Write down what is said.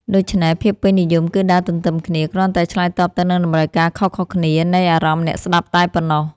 ដូច្នេះ ភាពពេញនិយមគឺដើរទន្ទឹមគ្នា គ្រាន់តែឆ្លើយតបទៅនឹងតម្រូវការខុសៗគ្នានៃអារម្មណ៍អ្នកស្ដាប់តែប៉ុណ្ណោះ។